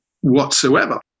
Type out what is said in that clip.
whatsoever